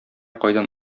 кайдан